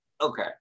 okay